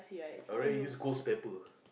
I rather use ghost pepper